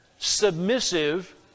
submissive